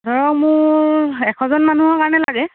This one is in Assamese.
ধৰক মোৰ এশজন মানুহৰ কাৰণে লাগে